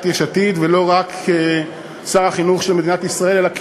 יש עתיד ולא רק כשר החינוך של מדינת ישראל אלא כרב,